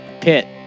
pit